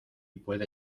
puede